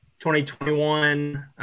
2021